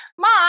mom